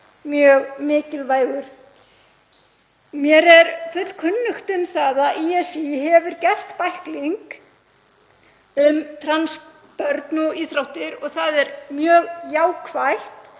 mjög mikilvægar. Mér er fullkunnugt um að ÍSÍ hefur gert bækling um trans börn og íþróttir og það er mjög jákvætt